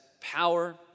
power